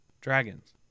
Dragons